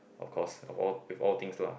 of course of all with all things lah